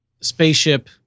spaceship